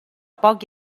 poc